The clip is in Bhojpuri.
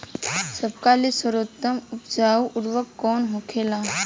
सबका ले सर्वोत्तम उपजाऊ उर्वरक कवन होखेला?